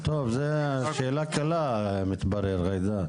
טוב, זה שאלה קלה, מתברר.